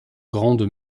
grandes